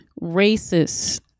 racists